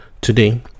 today